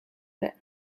bit